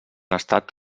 estat